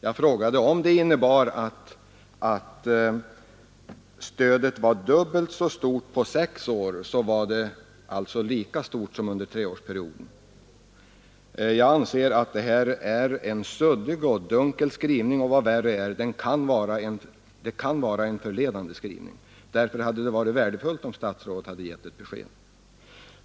Jag frågade om det får tolkas så att om stödet var dubbelt så stort på sex år som under 3-årsperioden, var det då oförändrat per år räknat? Jag har påtalat att det här är en suddig och dunkel skrivning men vad värre är: det kan vara en förledande skrivning. Därför kan man begära att statsrådet ger ett besked.